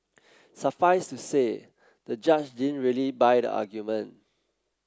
suffice to say the judge didn't really buy the argument